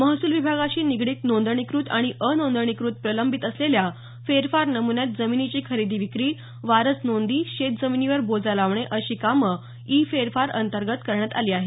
महसूल विभागाशी निगडित नोंदणीकृत आणि अनोंदणीकृत प्रलंबित असलेल्या फेरफार नम्न्यात जमिनीची खरेदी विक्री वारस नोंदी शेत जमिनीवर बोजा लावणे अशी कामं इ फेरफार अंतर्गत करण्यात आली आहेत